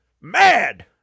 mad